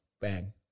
Bang